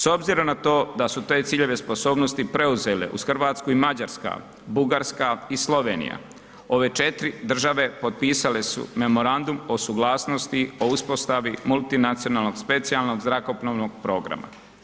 S obzirom na to da su te ciljeve sposobnosti preuzele uz RH i Mađarska, Bugarska i Slovenija, ove 4 države potpisale su memorandum o suglasnosti o uspostavi multinacionalnog, specijalnog, zrakoplovnog programa.